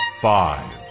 five